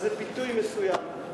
אז זה פיתוי מסוים.